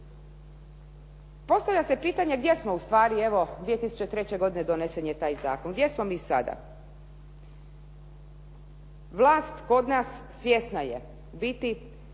Postavlja se pitanje gdje smo? Ustvari, evo 2003. godine donesen je taj zakon. Gdje smo mi sada? Vlast kod nas svjesna je ubiti